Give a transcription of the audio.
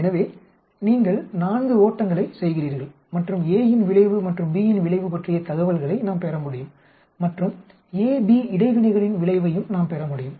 எனவே இங்கே நீங்கள் நான்கு ஓட்டங்களைச் செய்கிறீர்கள் மற்றும் A இன் விளைவு மற்றும் B இன் விளைவு பற்றிய தகவல்களை நாம் பெற முடியும் மற்றும் AB இடைவினைகளின் விளைவையும் நாம் பெற முடியும்